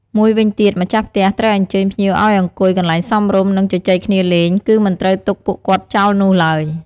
មួយវិញទៀត ម្ចាស់ផ្ទះត្រូវអញ្ចើញភ្ញៀវឱ្យអង្គុយកន្លែងសមរម្យ និង ជជែកគ្នាលេង គឺមិនត្រូវទុកពួកគាត់ចោលនោះឡើយ។